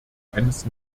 eines